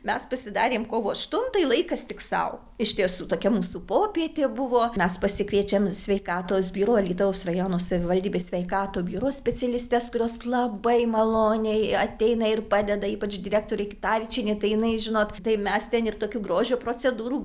mes pasidarėm kovo aštuntai laikas tik sau iš tiesų tokia mūsų popietė buvo mes pasikviečiam sveikatos biuro alytaus rajono savivaldybės sveikato biuro specialistes kurios labai maloniai ateina ir padeda ypač direktorei kitavičienei tai jinai žinot tai mes ten ir tokių grožio procedūrų